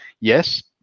yes